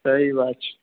सही बात छै